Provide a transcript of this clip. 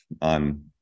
on